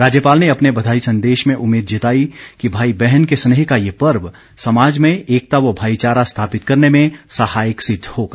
राज्यपाल ने अपने बधाई संदेश में उम्मीद जताई कि भाई बहन के स्नेह का यह पर्व समाज में एकता व भाईचारा स्थापित करने में सहायक सिद्ध होगा